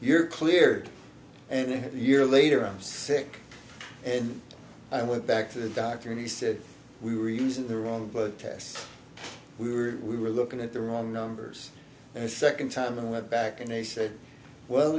you're cleared and a year later i'm sick and i went back to the doctor and he said we were using the wrong blood test we were we were looking at the wrong numbers and the second time i went back and they said well